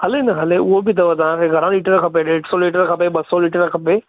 हले न हले उहो बि अथव तव्हांखे घणा लीटर खपे ॾेढु सौ लीटर खपे ॿ सौ लीटर खपे